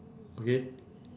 okay